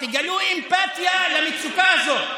תגלו אמפתיה למצוקה הזאת.